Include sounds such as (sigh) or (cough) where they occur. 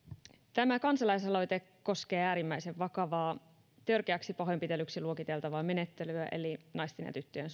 tämä kansalaisaloite koskee äärimmäisen vakavaa törkeäksi pahoinpitelyksi luokiteltavaa menettelyä eli naisten ja tyttöjen (unintelligible)